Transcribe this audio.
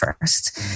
first